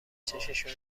چششون